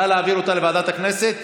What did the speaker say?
נא להעביר אותה לוועדת הכנסת.